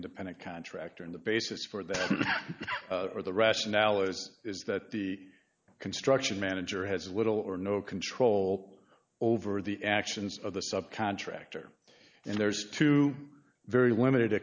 independent contractor and the basis for that or the rationale as is that the construction manager has little or no control over the actions of the subcontractor and there's two very limited